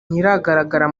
ntiragaragara